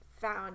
found